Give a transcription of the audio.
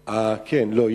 לא.